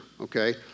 okay